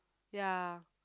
ya